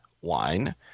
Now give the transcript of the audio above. wine